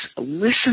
listen